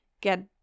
get